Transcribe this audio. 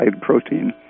protein